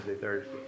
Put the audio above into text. Thursday